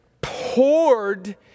poured